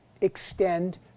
extend